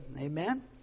Amen